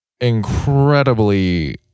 incredibly